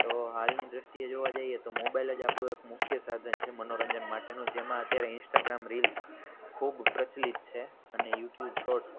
તો હાલની દૃષ્ટિએ જોવા જાઈએ તો મોબાઈલ જ આપણું એક મુખ્ય સાધન છે મનોરંજન માટેનુ જેમાં અત્યારે ઇન્સ્ટાગ્રામ રિલ્સ ખૂબ પ્રચલિત છે અને યુટ્યુબ શોર્ટ્સ